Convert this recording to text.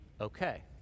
okay